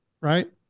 Right